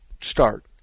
start